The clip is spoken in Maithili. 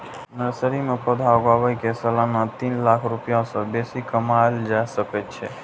नर्सरी मे पौधा उगाय कें सालाना तीन लाख रुपैया सं बेसी कमाएल जा सकै छै